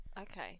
okay